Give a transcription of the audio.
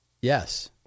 Yes